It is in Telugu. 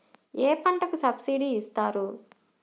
ఏ పంటకు సబ్సిడీ ఇస్తారు?